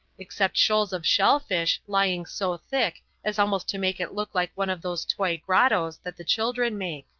except shoals of shellfish lying so thick as almost to make it look like one of those toy grottos that the children make.